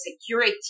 security